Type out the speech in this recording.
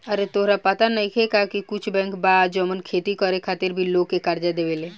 आरे तोहरा पाता नइखे का की कुछ बैंक बा जवन खेती करे खातिर भी लोग के कर्जा देवेला